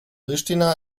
pristina